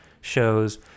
shows